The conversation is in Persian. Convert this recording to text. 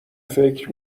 فکر